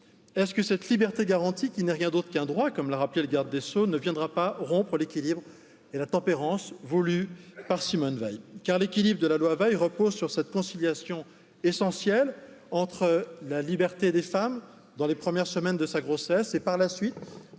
Est ce que cette liberté garantie qui n'est rien d'autre qu'un droit comme l'a rappelé le garde des sceaux ne viendra pas rompre l'équilibre et la tempérance voulue par pour Simone Veil,